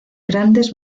grandes